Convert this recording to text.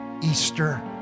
Easter